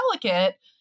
delicate